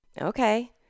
Okay